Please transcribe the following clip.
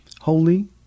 holy